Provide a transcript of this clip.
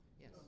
Yes